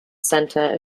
centre